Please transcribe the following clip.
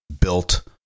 built